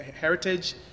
heritage